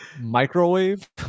Microwave